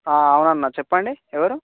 అవునా అన్నా చెప్పండి ఎవరు